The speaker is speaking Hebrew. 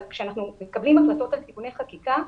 אבל כשאנחנו מקבלים החלטות על תיקוני חקיקה,